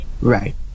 right